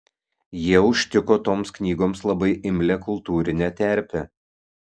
jie užtiko toms knygoms labai imlią kultūrinę terpę